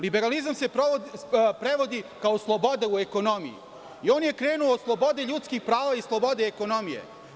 Liberalizam se prevodi kao sloboda u ekonomiji i on je krenuo od slobode ljudskih prava i slobode ekonomije.